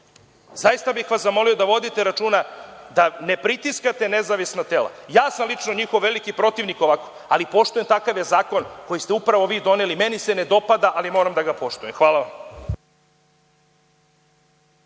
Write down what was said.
bih vas zamolio da vodite računa da ne pritiskate nezavisna tela. Ja sam lično njihov veliki protivnik ovako, ali poštujem, takav je zakon koji ste upravo vi doneli. Meni se ne dopada, ali moram da ga poštujem. Hvala.